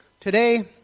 Today